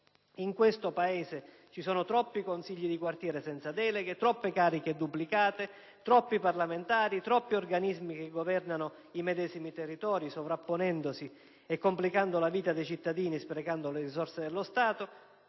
In questo Paese ci sono troppi consigli di quartiere senza deleghe, troppe cariche duplicate, troppi parlamentari, troppi organismi che governano i medesimi territori, sovrapponendosi, complicando la vita dei cittadini e sprecando le risorse dello Stato.